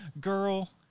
girl